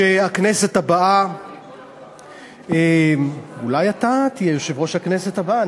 שהכנסת הבאה אולי אתה תהיה יושב-ראש הכנסת הבאה,